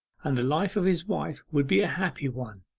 and the life of his wife would be a happy one.